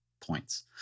points